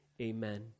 amen